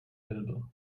elbe